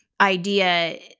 idea